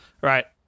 Right